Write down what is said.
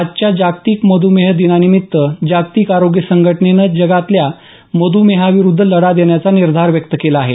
आजच्या जागतिक मधूमेह दिनानिमित्त जागतिक आरोग्य संघटनेनं जगातल्या मधूमेहाविरूद्ध लढा देण्याचा निर्धार व्यक्त केला आहे